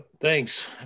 Thanks